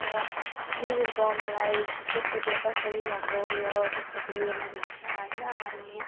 अब यो मुजुरको मलाई त्यसको त्यो पछाडि भएको उयो त्यसको त्यो उयो मनपर्छ होइन अनि